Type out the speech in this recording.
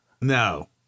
No